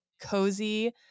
cozy